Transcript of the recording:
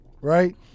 right